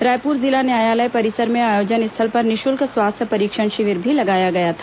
रायपुर जिला न्यायालय परिसर में आयोजन स्थल पर निःशुल्क स्वास्थ्य परीक्षण शिविर भी लगाया गया था